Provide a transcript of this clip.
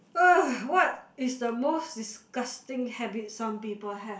!ugh! what is the most disgusting habit some people have